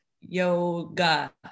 Yoga